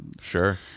Sure